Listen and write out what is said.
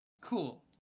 Cool